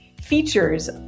features